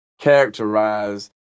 characterize